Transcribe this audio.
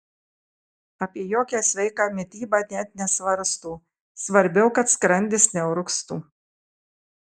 apie jokią sveiką mitybą net nesvarsto svarbiau kad skrandis neurgztų